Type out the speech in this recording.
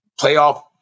playoff